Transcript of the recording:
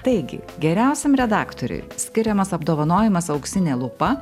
taigi geriausiam redaktoriui skiriamas apdovanojimas auksinė lupa